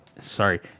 sorry